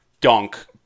dunk